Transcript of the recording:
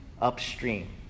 upstream